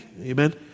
Amen